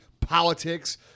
politics